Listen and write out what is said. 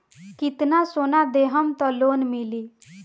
कितना सोना देहम त लोन मिली?